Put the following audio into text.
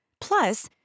Plus